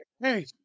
Hey